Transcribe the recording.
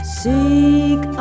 seek